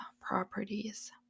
properties